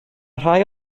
rhai